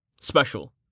Special